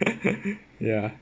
ya